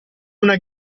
una